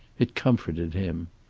it comforted him.